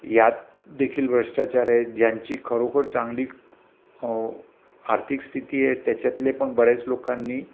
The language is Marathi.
यात देखील भ्रष्टाचार आहे ज्यांची खरोखर चांगली आर्थिक स्थिती आहे त्याच्यातले पण बऱ्याच लोकांनी